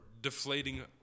deflating